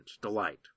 delight